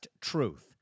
Truth